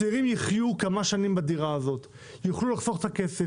הצעירים יחיו כמה שנים בדירה הזו ויוכלו לחסוך כסף.